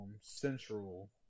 Central